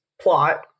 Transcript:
plot